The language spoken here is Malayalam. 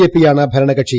ജെപിയാണ് ഭരണകക്ഷി